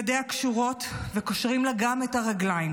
ידיה קשורות, וקושרים לה גם את הרגליים.